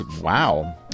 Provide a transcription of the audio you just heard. Wow